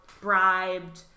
bribed